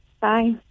Bye